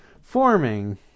forming